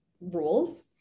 rules